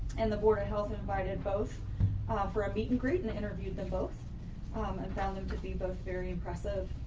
and the board of health invited both ah for a meet and greet and interviewed them both, ah um and found him to be both very impressive.